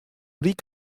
ryk